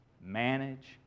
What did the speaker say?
manage